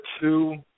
two